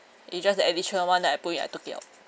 it just the additional [one] that I put in I took it out